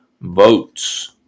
votes